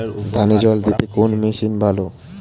ধানে জল দিতে কোন মেশিন ভালো?